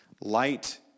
light